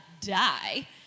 die